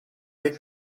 dek